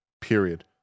Period